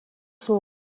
son